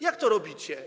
Jak to robicie?